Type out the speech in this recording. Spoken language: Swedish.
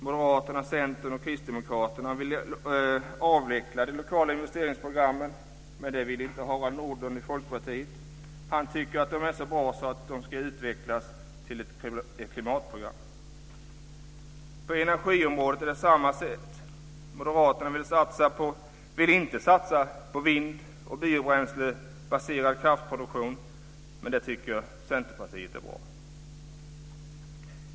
Moderaterna, Centern och Kristdemokraterna vill avveckla de lokala investeringsprogrammen, men det vill inte Harald Nordlund i Folkpartiet. Han tycker att de är så bra att de ska utvecklas till ett klimatprogram. På energiområdet är det samma sak. Moderaterna vill inte satsa på vind och biobränslebaserad kraftproduktion, men det tycker Centerpartiet är bra.